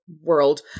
World